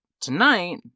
tonight